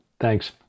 Thanks